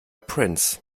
prince